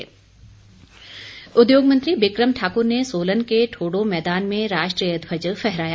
सोलन दिवस उद्योग मंत्री बिकम ठाक्र ने सोलन के ठोडो मैदान में राष्ट्रीय ध्वज फहराया